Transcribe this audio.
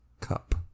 cup